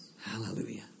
Hallelujah